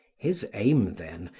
his aim, then,